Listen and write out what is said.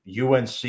UNC